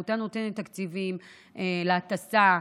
העמותה נותנת תקציבים להטסה,